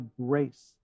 grace